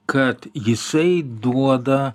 kad jisai duoda